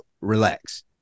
relax